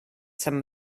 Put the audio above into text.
some